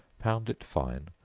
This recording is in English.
pound it fine,